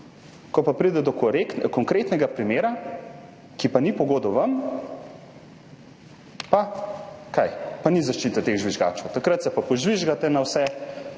ko pa pride do konkretnega primera, ki ni po godu vam, pa – kaj? Pa ni zaščite teh žvižgačev. Takrat se pa požvižgate na vse,